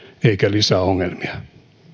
eivätkä lisäongelmia